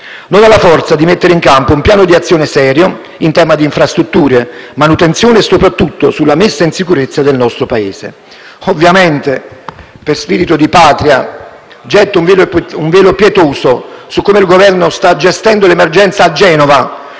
non ha la forza di mettere in campo un piano di azione serio in tema di infrastrutture, manutenzione e soprattutto sulla messa in sicurezza del nostro Paese. Ovviamente, per spirito di Patria, stendo un velo pietoso su come il Governo sta gestendo l'emergenza a Genova,